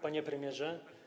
Panie Premierze!